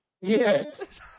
Yes